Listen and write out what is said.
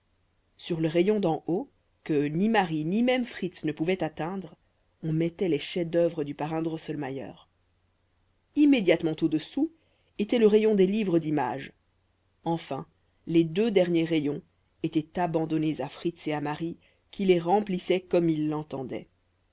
sur le rayon d'en haut que ni marie ni même fritz ne pouvaient atteindre on mettait les chefs-d'œuvre du parrain drosselmayer immédiatement au-dessous était le rayon des livres d'images enfin les deux derniers rayons étaient abandonnés à fritz et à marie qui les remplissaient comme ils l'entendaient